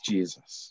Jesus